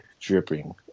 dripping